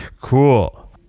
Cool